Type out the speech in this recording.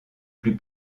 plus